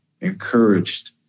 encouraged